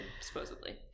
supposedly